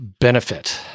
benefit